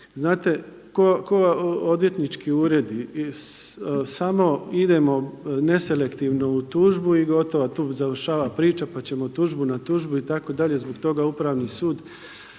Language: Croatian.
Znate kao odvjetnički uredi, samo idemo neselektivno u tužbu i gotovo tu završava priča pa ćemo tužbu na tužbu, itd., zbog toga upravni sud